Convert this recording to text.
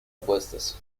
apuestas